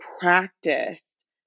practiced